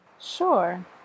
Sure